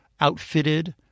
outfitted